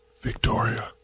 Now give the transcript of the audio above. Victoria